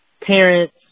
parents